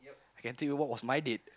I can tell you what was my date